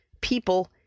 people